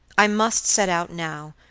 i must set out now,